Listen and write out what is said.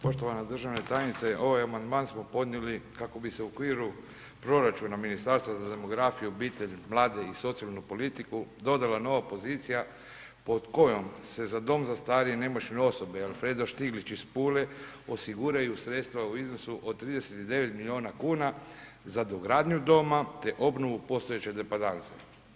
Poštovana državna tajnice ovaj amandman smo podnijeli kako bi se u okviru proračuna Ministarstva za demografiju, obitelj, mlade i socijalnu politiku dodala nova pozicija pod kojom se za Dom za starije nemoćne osobe Alfeda Štiglić iz Pule osiguraju sredstva u iznosu od 39 miliona kuna za dogradnju doma te obnovu postojeće depadanse.